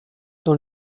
dans